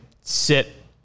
sit